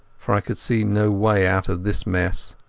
for i could see no way out of this mess.